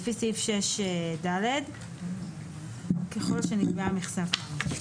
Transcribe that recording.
לפי סעיף 6ד, ככל שנקבעה המכסה.